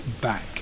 back